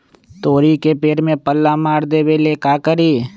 तोड़ी के पेड़ में पल्ला मार देबे ले का करी?